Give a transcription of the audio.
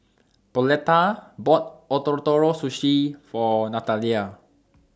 Pauletta bought Ootoro Sushi For Nathalia